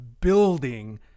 building